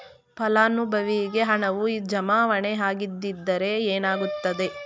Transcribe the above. ಫಲಾನುಭವಿಗೆ ಹಣವು ಜಮಾವಣೆ ಆಗದಿದ್ದರೆ ಏನಾಗುತ್ತದೆ?